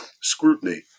scrutiny